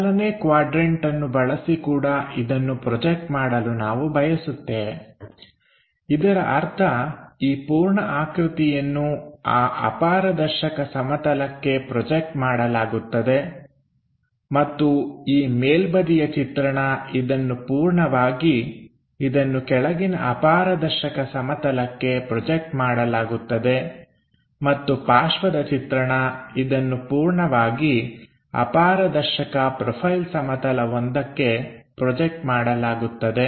ಮೊದಲೇ ಕ್ವಾಡ್ರನ್ಟ ಅನ್ನು ಬಳಸಿ ಕೂಡ ಇದನ್ನು ಪ್ರೊಜೆಕ್ಟ್ ಮಾಡಲು ನಾವು ಬಯಸುತ್ತೇವೆ ಇದರ ಅರ್ಥ ಈ ಪೂರ್ಣ ಆಕೃತಿಯನ್ನು ಆ ಅಪಾರದರ್ಶಕ ಸಮತಲಕ್ಕೆ ಪ್ರೊಜೆಕ್ಟ್ ಮಾಡಲಾಗುತ್ತದೆ ಮತ್ತು ಈ ಮೇಲ್ಬದಿಯ ಚಿತ್ರಣ ಇದನ್ನು ಪೂರ್ಣವಾಗಿ ಇದನ್ನು ಕೆಳಗಿನ ಅಪಾರದರ್ಶಕ ಸಮತಲಕ್ಕೆ ಪ್ರೊಜೆಕ್ಟ್ ಮಾಡಲಾಗುತ್ತದೆ ಮತ್ತು ಪಾರ್ಶ್ವದ ಚಿತ್ರಣ ಇದನ್ನು ಪೂರ್ಣವಾಗಿ ಅಪಾರದರ್ಶಕ ಪ್ರೊಫೈಲ್ ಸಮತಲವೊಂದಕ್ಕೆ ಪ್ರೊಜೆಕ್ಟ್ ಮಾಡಲಾಗುತ್ತದೆ